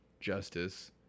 justice